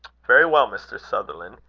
very well, mr. sutherland,